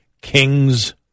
Kings